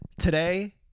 today